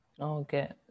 Okay